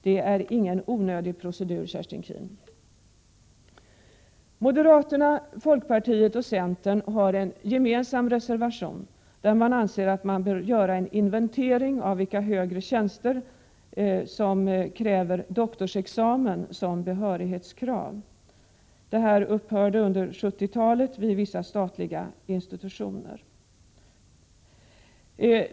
Det är ingen onödig procedur, Kerstin Keen. De borgerliga har en gemensam reservation, där de anser att det bör göras en inventering av för vilka högre tjänster doktorsexamen bör vara ett behörighetskrav. Detta krav försvann under 1970-talet vid vissa statliga institutioner.